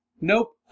Nope